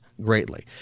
greatly